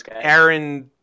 Aaron